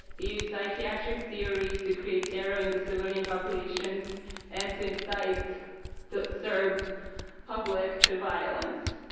he used psychiatric theories to create terror in the civilian populations and to incite the serb public to violence.